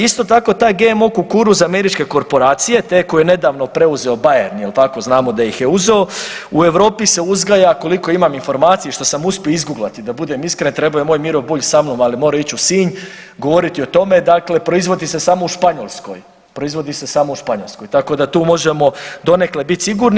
Isto tako taj GMO kukuruz američke korporacije te koju je nedavno preuzeo Bayer jel tako, znamo da ih je uzeo, u Europi se uzgaja koliko imam informacije i što sam uspio izguglati, da budem iskren trebao je moj Miro Bulj sa mnom, ali morao je ić u Sinj, govoriti o tome, dakle proizvodi se samo u Španjolskoj, proizvodi se samo u Španjolskoj tako da tu možemo donekle bit sigurni.